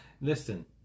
Listen